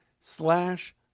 slash